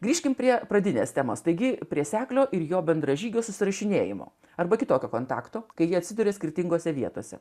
grįžkime prie pradinės temos taigi prie seklio ir jo bendražygių susirašinėjimo arba kitokio kontakto kai jie atsiduria skirtingose vietose